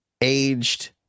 aged